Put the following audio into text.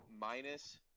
minus